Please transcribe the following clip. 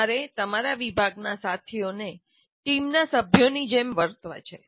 તમારે તમારા વિભાગના સાથીઓને ટીમના સભ્યોની જેમ વર્તે છે